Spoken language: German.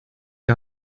den